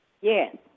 Yes